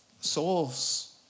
Souls